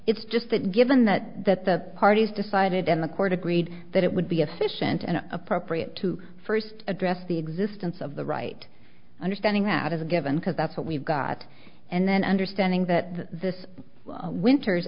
it's just that given that that the parties decided in the court agreed that it would be efficient and appropriate to first address the existence of the right understanding that is a given because that's what we've got and then understanding that this winter's